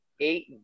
eight